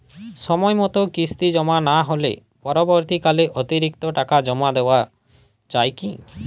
সময় মতো কিস্তি জমা না হলে পরবর্তীকালে অতিরিক্ত টাকা জমা দেওয়া য়ায় কি?